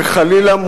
וחלילה,